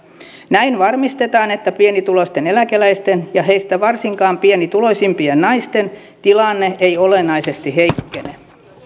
näin varmistetaan että pienituloisten eläkeläisten ja heistä varsinkaan pienituloisimpien naisten tilanne ei olennaisesti heikkene